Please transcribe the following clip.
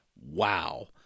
wow